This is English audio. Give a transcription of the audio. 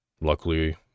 Luckily